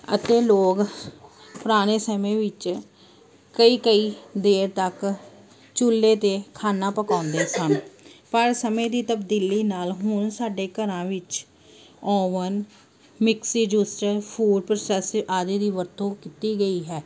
ਅਤੇ ਲੋਕ ਪੁਰਾਣੇ ਸਮੇਂ ਵਿੱਚ ਕਈ ਕਈ ਦੇਰ ਤੱਕ ਚੁੱਲ੍ਹੇ 'ਤੇ ਖਾਣਾ ਪਕਾਉਂਦੇ ਸਨ ਪਰ ਸਮੇਂ ਦੀ ਤਬਦੀਲੀ ਨਾਲ ਹੁਣ ਸਾਡੇ ਘਰਾਂ ਵਿੱਚ oven mixie juicer food processor ਆਦਿ ਦੀ ਵਰਤੋਂ ਕੀਤੀ ਗਈ ਹੈ